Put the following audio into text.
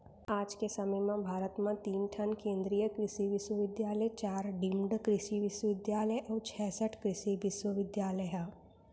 आज के समे म भारत म तीन ठन केन्द्रीय कृसि बिस्वबिद्यालय, चार डीम्ड कृसि बिस्वबिद्यालय अउ चैंसठ कृसि विस्वविद्यालय ह